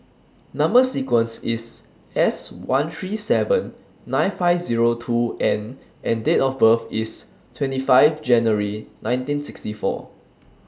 Number sequence IS S one three seven nine five Zero two N and Date of birth IS twenty five January nineteen sixty four